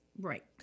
Right